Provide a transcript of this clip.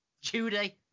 Judy